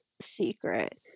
secret